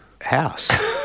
house